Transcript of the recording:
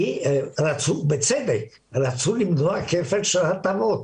כי רצו, בצדק, למנוע כפל של הטבות.